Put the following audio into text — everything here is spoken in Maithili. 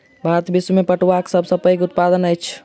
भारत विश्व में पटुआक सब सॅ पैघ उत्पादक अछि